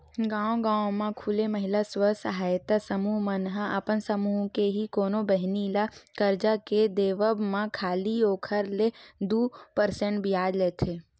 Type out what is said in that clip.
गांव गांव म खूले महिला स्व सहायता समूह मन ह अपन समूह के ही कोनो बहिनी ल करजा के देवब म खाली ओखर ले दू परसेंट बियाज लेथे